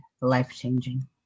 life-changing